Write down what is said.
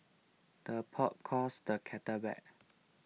the pot calls the kettle black